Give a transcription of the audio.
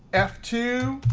f two,